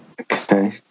Okay